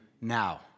now